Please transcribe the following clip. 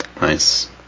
nice